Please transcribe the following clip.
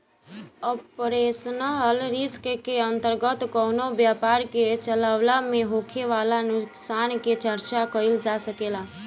operational risk के अंतर्गत कवनो व्यपार के चलावे में होखे वाला नुकसान के चर्चा कईल जा सकेला